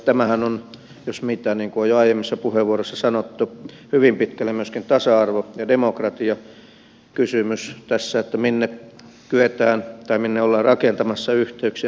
tämähän on jos mikä niin kuin on jo aiemmissa puheenvuoroissa sanottu hyvin pitkälle myöskin tasa arvo ja demokratiakysymys tässä että minne ollaan rakentamassa yhteyksiä